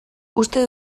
uste